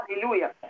Hallelujah